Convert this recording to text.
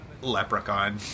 Leprechaun